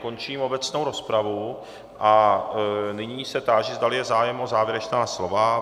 Končím tedy obecnou rozpravu a nyní se táži, zdali je zájem o závěrečná slova.